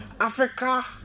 Africa